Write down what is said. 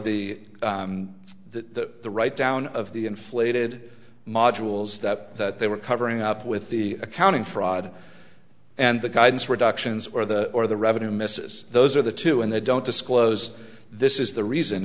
the that the write down of the inflated modules that they were covering up with the accounting fraud and the guidance reductions or the or the revenue misses those are the two and they don't disclose this is the reason